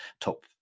top